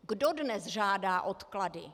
Kdo dnes žádá odklady?